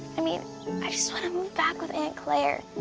i mean i just wanna move back with aunt clair.